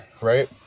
right